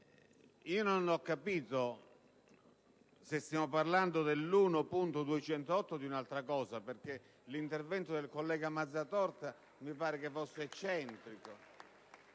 non ho capito se stiamo parlando dell'emendamento 1.208 o di un'altra cosa, perché l'intervento del collega Mazzatorta mi pare fosse eccentrico.